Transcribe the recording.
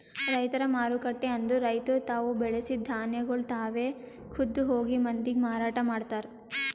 ರೈತರ ಮಾರುಕಟ್ಟೆ ಅಂದುರ್ ರೈತುರ್ ತಾವು ಬೆಳಸಿದ್ ಧಾನ್ಯಗೊಳ್ ತಾವೆ ಖುದ್ದ್ ಹೋಗಿ ಮಂದಿಗ್ ಮಾರಾಟ ಮಾಡ್ತಾರ್